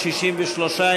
של קבוצת סיעת יש עתיד,